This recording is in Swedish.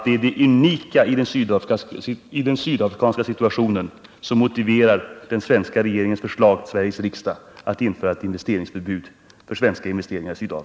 Det är det unika i den sydafrikanska situationen som motiverar den svenska regeringens förslag till Sveriges riksdag att införa ett förbud för svenska investeringar i Sydafrika.